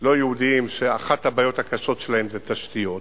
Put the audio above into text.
לא-יהודיים שאחת הבעיות הקשות שלהם זה תשתיות